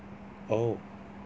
oh